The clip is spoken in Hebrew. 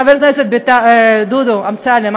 חבר הכנסת דודו אמסלם,